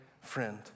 friend